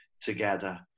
together